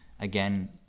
Again